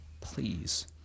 please